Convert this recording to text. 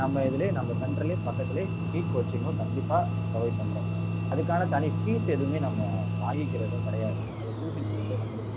நம்ம இதில் நம்ம சென்டர்லேயே பக்கத்திலேயே நீட் கோச்சிங்கும் கண்டிப்பாக ப்ரொவைட் பண்ணுறோம் அதுக்கான தனி ஃபீஸ் எதுவுமே நம்ம வாங்கிக்கிறதும் கிடையாது அது ட்யூஷன் ஃபீஸில் வந்துடும்